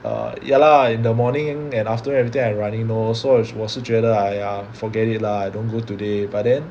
err ya lah in the morning and afternoon everything I runny nose so 我是觉得 !aiya! forget it lah don't go today but then